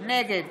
נגד